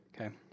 Okay